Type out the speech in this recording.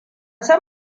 san